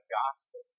gospel